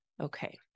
Okay